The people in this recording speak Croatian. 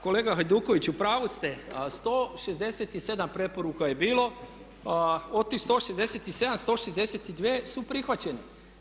Kolega Hajduković, u pravu ste, a 167 preporuka je bilo, od tih 167, 162 su prihvaćene.